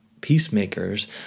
peacemakers